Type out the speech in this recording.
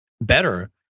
better